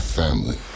family